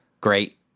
Great